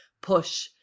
push